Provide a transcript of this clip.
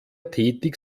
tätig